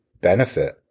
benefit